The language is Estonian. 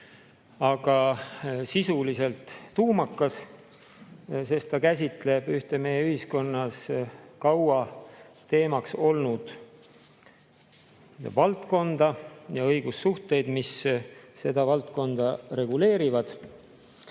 aga sisuliselt tuumakas, sest ta käsitleb ühte meie ühiskonnas kaua teemaks olnud valdkonda ja õigussuhteid, mis seda valdkonda reguleerivad.